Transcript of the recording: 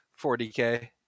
40k